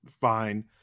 fine